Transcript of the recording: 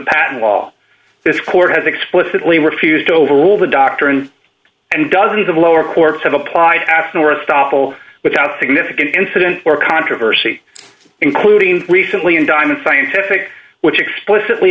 patent law this court has explicitly refused to overrule the doctrine and dozens of lower courts have applied to ask more thoughtful without significant incidents or controversy including recently in diamond scientific which explicitly